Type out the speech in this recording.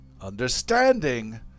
understanding